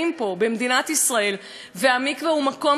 והמקווה הוא מקום שהם מכירים לפני ולפנים.